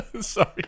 Sorry